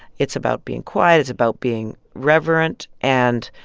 it's about being quiet it's about being reverent, and,